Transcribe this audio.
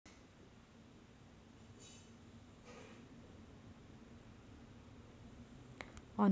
अनुवांशिकरित्या सुधारित पिके ही अशी पिके आहेत ज्यांचे अनुवांशिक साहित्य सुधारित केले जाते